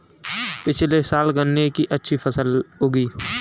पिछले साल गन्ने की अच्छी फसल उगी